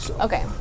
Okay